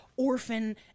orphan